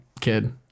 kid